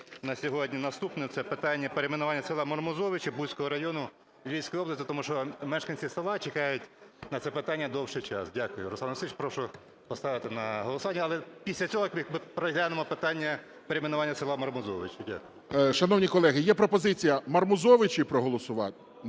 на сьогодні наступне, це питання перейменування села Мармузовичі Буського району Львівської області, тому що мешканці села чекають на це питання довший час. Дякую, Руслан Олексійович, прошу поставити на голосування. Але після цього, як ми переглянемо питання перейменування села Мармузовичі. Дякую. ГОЛОВУЮЧИЙ. Шановні колеги, є пропозиція Мармузовичі проголосувати.